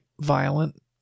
violent